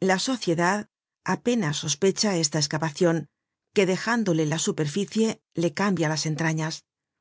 la sociedad apenas sospecha esta escavacion que dejándole la superficie le cambia las entrañas